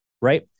right